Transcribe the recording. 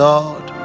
Lord